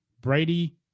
Brady